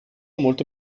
molte